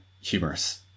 humorous